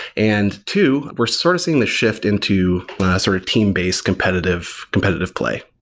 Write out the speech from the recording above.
and two, we're sort of seeing the shift into sort of team-based competitive competitive play.